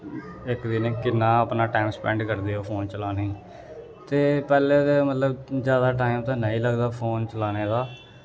इक दिनै च किन्ना अपना टैम स्पैंड करदे ओ फोन चलाने गी ते पैह्ले ते मतलब जादा टाईम ते नेईं लगदा फोन चलाने दा